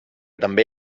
també